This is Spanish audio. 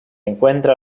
encuentra